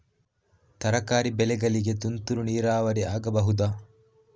ತರಕಾರಿ ಬೆಳೆಗಳಿಗೆ ತುಂತುರು ನೀರಾವರಿ ಆಗಬಹುದಾ?